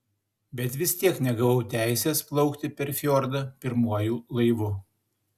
bet vis tiek negavau teisės plaukti per fjordą pirmuoju laivu